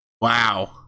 wow